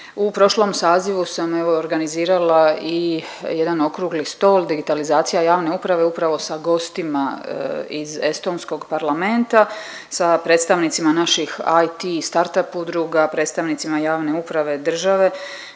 U prošlom sazivu sam evo organizirala i jedan okrugli stol Digitalizacija javne uprave upravo sa gostima iz estonskog parlamenta sa predstavnicima naših IT i startup udruga, predstavnicima javne uprave i države